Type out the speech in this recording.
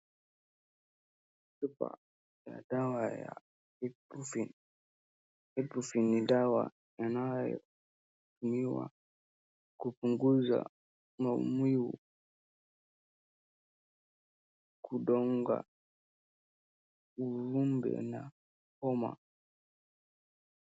Chupa ya dawa ya Bruefen . Hii Bruefen ni dawa inayotumiwa kupunguza maumivu, kudunga uvimbe na homa.